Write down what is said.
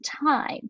time